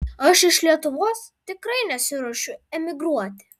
aš iš lietuvos tikrai nesiruošiu emigruoti